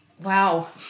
Wow